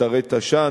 אתרי תש"ן,